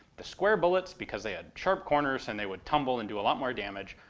the square bullets because they had sharp corners, and they would tumble and do a lot more damage,